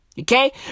Okay